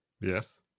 yes